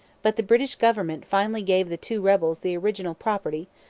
but the british government finally gave the two rebels the original property,